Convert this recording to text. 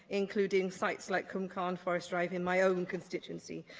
including sites like cwmcarn forest drive in my own constituency.